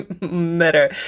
matter